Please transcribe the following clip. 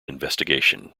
investigation